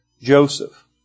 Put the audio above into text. Joseph